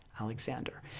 Alexander